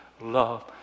love